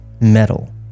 metal